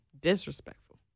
Disrespectful